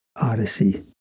Odyssey